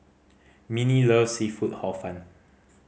Minnie loves seafood Hor Fun